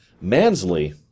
Mansley